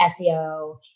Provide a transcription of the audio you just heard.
seo